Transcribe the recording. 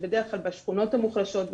שבדרך כלל בשכונות המוחלשות,